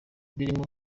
birimo